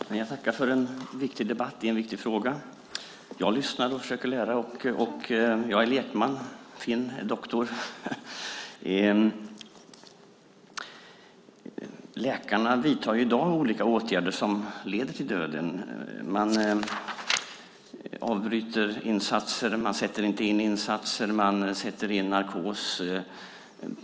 Fru talman! Jag tackar för en viktig debatt i en viktig fråga. Jag lyssnar och försöker lära. Jag är lekman, Finn är doktor. Läkarna vidtar i dag olika åtgärder som leder till döden. Man avbryter insatser. Man sätter inte in insatser. Man sätter in narkos.